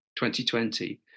2020